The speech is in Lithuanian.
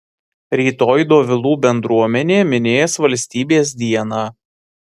rytoj dovilų bendruomenė minės valstybės dieną